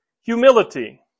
humility